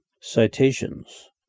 Citations